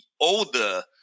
older